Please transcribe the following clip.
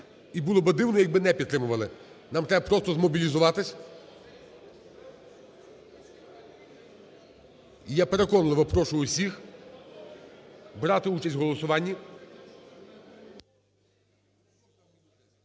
і було б дивно, якби не підтримували. Нам просто требазмобілізуватись… І я переконливо прошу всіх брати участь в голосуванні.